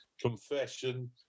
confession